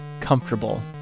comfortable